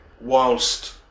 Whilst